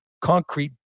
concrete